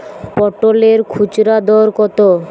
পটলের খুচরা দর কত?